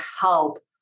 help